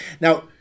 Now